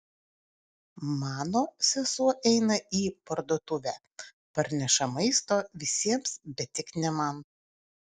mano sesuo eina į parduotuvę parneša maisto visiems bet tik ne man